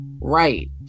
Right